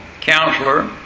Counselor